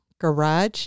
garage